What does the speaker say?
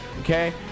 okay